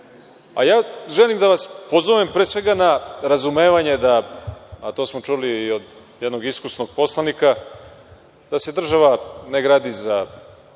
a ja želim da vas pozovem pre svega na razumevanje da, a to smo čuli i od jednom iskusnog poslanika, da se država ne gradi za